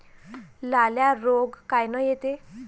लाल्या रोग कायनं येते?